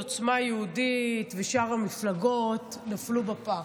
עוצמה יהודית ושאר המפלגות נפלו בפח,